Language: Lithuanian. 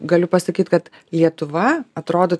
galiu pasakyt kad lietuva atrodo